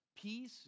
peace